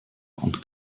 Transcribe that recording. und